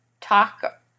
talk